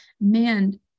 man